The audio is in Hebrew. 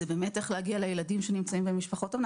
זה באמת איך להגיע לילדים שנמצאים במשפחות אומנה.